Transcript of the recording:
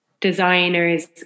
designers